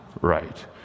right